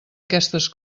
aquestes